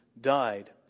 died